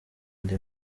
ndi